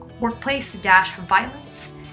workplace-violence